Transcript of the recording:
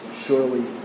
surely